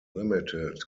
limited